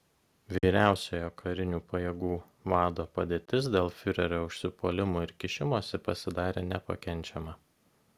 vyriausiojo karinių pajėgų vado padėtis dėl fiurerio užsipuolimų ir kišimosi pasidarė nepakenčiama